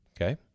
okay